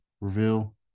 reveal